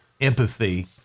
empathy